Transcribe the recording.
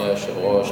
אדוני היושב-ראש,